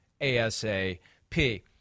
ASAP